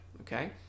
okay